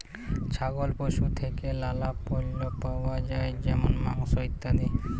ছাগল পশু থেক্যে লালা পল্য পাওয়া যায় যেমল মাংস, ইত্যাদি